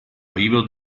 privo